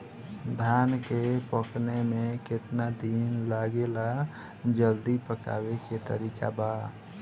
धान के पकने में केतना दिन लागेला जल्दी पकाने के तरीका बा?